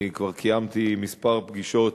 אני כבר קיימתי כמה פגישות